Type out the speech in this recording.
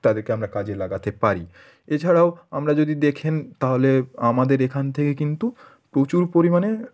তাদেরকে আমরা কাজে লাগাতে পারি এছাড়াও আমরা যদি দেখেন তাহলে আমাদের এখান থেকে কিন্তু প্রচুর পরিমাণে